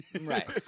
Right